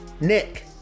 Nick